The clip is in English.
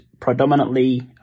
predominantly